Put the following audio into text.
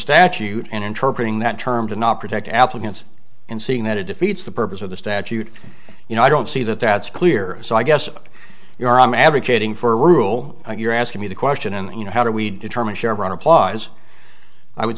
statute and interpret in that term to not protect applicants and seeing that it defeats the purpose of the statute you know i don't see that that's clear so i guess you're i'm advocating for a rule you're asking me the question and you know how do we determine chevron applause i would